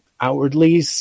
outwardly